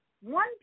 One